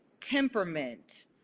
temperament